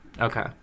Okay